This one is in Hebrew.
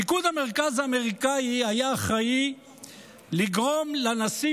פיקוד המרכז האמריקאי היה אחראי לגרום לנשיא